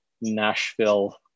Nashville